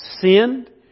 sinned